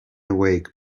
awake